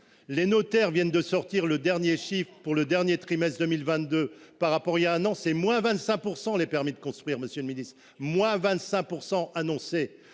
Les notaires viennent de sortir le dernier chiffre pour le dernier trimestre 2022 par rapport il y a un an, c'est moins 25%, les permis de construire, Monsieur le Ministre, moins 25% annoncés.